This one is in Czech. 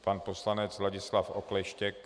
Pan poslanec Ladislav Okleštěk.